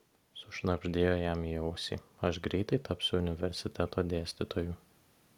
sušnabždėjo jam į ausį aš greitai tapsiu universiteto dėstytoju